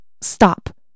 Stop